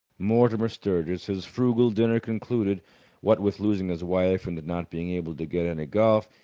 mortimer sturgis, his frugal dinner concluded what with losing his wife and not being able to get any golf,